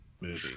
movie